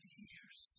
years